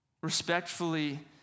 Respectfully